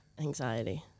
anxiety